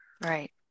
right